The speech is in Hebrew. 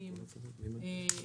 שהצגנו מקודם,